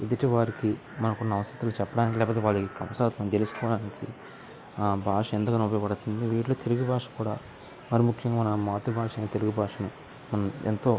ఎదుటి వారికి మనకున్న అవసరతులు చెప్పడానికి లేకపోతే వాళ్ళ అవసరతులు తెలుసుకోవడానికి భాష ఎంతగానో ఉపయోగపడుతుంది వీటిలో తెలుగు భాష కూడా మరి ముఖ్యంగా మన మాతృ భాషని తెలుగు భాషని ఎంతో